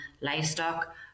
livestock